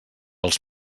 els